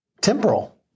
temporal